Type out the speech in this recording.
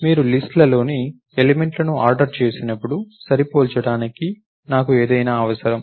మీరు లిస్ట్ లోని ఎలిమెంట్ల ను ఆర్డర్ చేసినప్పుడు సరిపోల్చడానికి నాకు ఏదైనా అవసరం